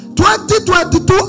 2022